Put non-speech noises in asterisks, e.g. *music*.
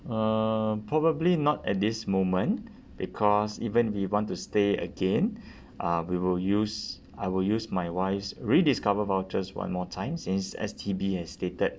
uh probably not at this moment because even if want to stay again *breath* uh we will use I will use my wife's rediscover vouchers one more time since S_T_B has stated